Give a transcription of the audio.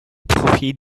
profit